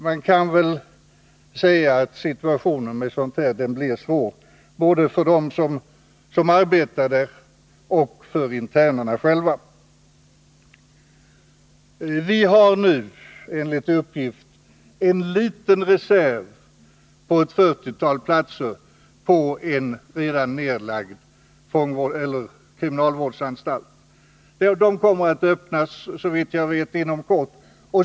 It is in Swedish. Man kan säga att situationen blir svår både för dem som arbetar där och för internerna själva. Vi har nu enligt uppgift en liten reserv på ett 40-tal platser på en redan nedlagd kriminalvårdsanstalt. De kommer såvitt jag vet att öppnas inom kort.